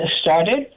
started